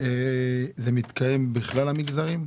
וזה מתקיים בכלל המגזרים?